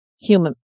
human